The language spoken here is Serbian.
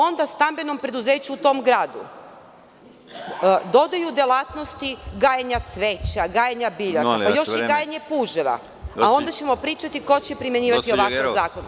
Onda stambenom preduzeću u tom gradu dodaju delatnosti gajenja cveća, gajenja biljaka, gajenje puževa, a onda ćemo pričati ko će primenjivati ovakav zakon.